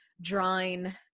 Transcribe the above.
drawing